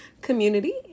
community